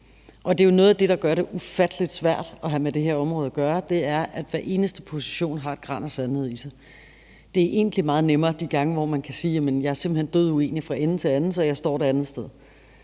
der gør det ufattelig svært at have med det her område at gøre. Det er, at hver eneste position har et gran af sandhed i sig. Det er egentlig meget nemmere de gange, hvor man kan sige: Jeg er simpelt hen døduenig fra ende til anden, så jeg står et andet sted.